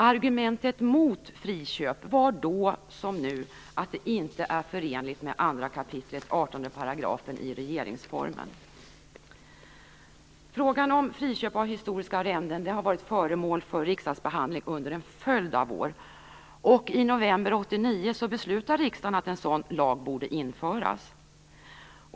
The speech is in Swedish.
Argumentet mot friköp var då som nu att det inte är förenligt med Frågan om friköp av historiska arrenden har varit föremål för riksdagsbehandling under en följd av år. Och i november 1989 beslutade riksdagen att en sådan lag borde införas.